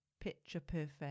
picture-perfect